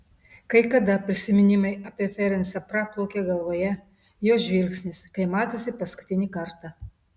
kai kada prisiminimai apie ferencą praplaukia galvoje jo žvilgsnis kai matėsi paskutinį kartą